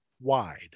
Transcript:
wide